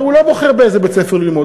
הרי הוא לא בוחר באיזה בית-ספר ללמוד,